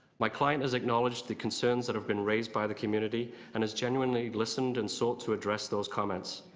my client has acknowledged the concerns that have been raised by the community and has genuinely listened and sought to address those comments.